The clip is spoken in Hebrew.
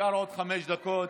נשארו עוד חמש דקות,